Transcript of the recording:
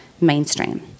mainstream